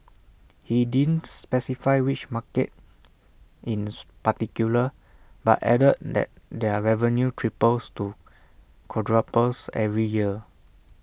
he didn't specify which markets in particular but added that their revenue triples to quadruples every year